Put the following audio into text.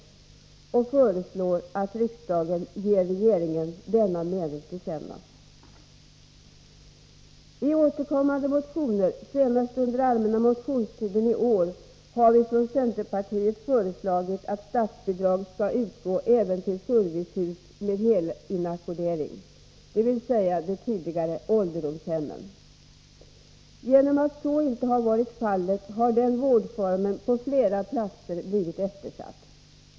Utskottet föreslår att riksdagen ger regeringen denna mening till känna. har vi från centerpartiet föreslagit att statsbidrag skall kunna utgå även till servicehus med helinackordering, dvs. de tidigare ålderdomshemmen. Genom att så inte varit fallet har den vårdformen på flera platser blivit eftersatt.